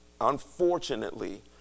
unfortunately